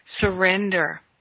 surrender